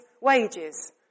wages